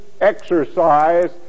exercise